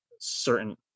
certain